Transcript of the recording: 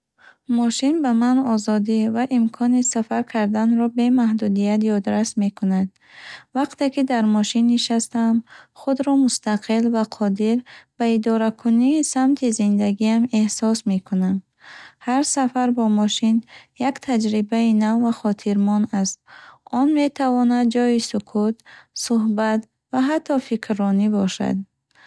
Мошин ба ман озодӣ ва имкони сафар карданро бе маҳдудият ёдрас мекунад. Вақте ки дар мошин нишастаам, худро мустақил ва қодир ба идоракунии самти зиндагиам эҳсос мекунам. Ҳар сафар бо мошин як таҷрибаи нав ва хотирмон аст. Он метавонад ҷойи сукут, суҳбат ва ҳатто фикрронӣ бошад.